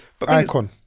Icon